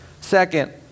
Second